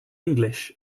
english